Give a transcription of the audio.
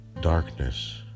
darkness